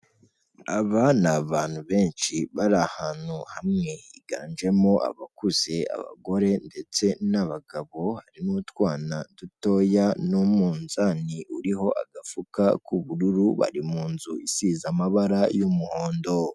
Aba ni abantu benshi bari ahantu hamwe, higanjemo abakuze, abagore ndetse n'abagabo, hari n'utwana dutoya n'umunzani uriho agafuka k'ubururu, bari mu nzu isize amabara y'umuhondo.